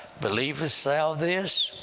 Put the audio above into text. believest thou this?